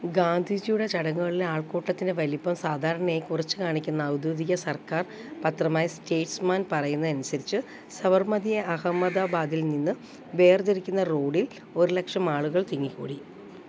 ഗാന്ധിജിയുടെ ചടങ്ങുകളിലെ ആൾക്കൂട്ടത്തിന്റെ വലിപ്പം സാധാരണയായി കുറച്ചുകാണിക്കുന്ന ഔദ്യോഗിക സർക്കാർ പത്രമായ സ്റ്റേറ്റ്സ്മാൻ പറയുന്നതനുസരിച്ച് സബർമതിയെ അഹമ്മദാബാദിൽ നിന്ന് വേർതിരിക്കുന്ന റോഡിൽ ഒരു ലക്ഷം ആളുകൾ തിങ്ങിക്കൂടി